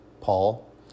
Paul